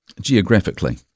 geographically